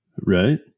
Right